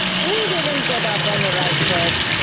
we didn't get off on the right foot.